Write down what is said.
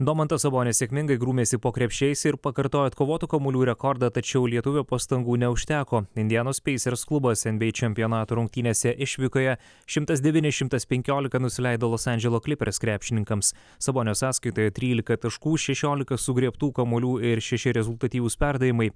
domantas sabonis sėkmingai grūmėsi po krepšiais ir pakartojo atkovotų kamuolių rekordą tačiau lietuvio pastangų neužteko indianos pacers klubas nba čempionato rungtynėse išvykoje šimtas devyni šimtas penkiolika nusileido los andželo clippers krepšininkams sabonio sąskaitoje trylika taškų šešiolika sugriebtų kamuolių ir šeši rezultatyvūs perdavimai